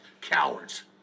cowards